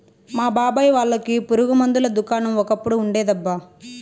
మా బాబాయ్ వాళ్ళకి పురుగు మందుల దుకాణం ఒకప్పుడు ఉండేదబ్బా